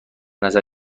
نظر